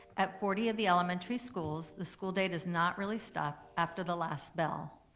at forty of the elementary schools, the school day does not really stop after the last bell.